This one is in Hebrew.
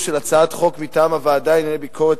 הצעת החוק הזו היא שילוב של הצעת חוק מטעם הוועדה לענייני ביקורת